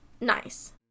nice